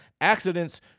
accidents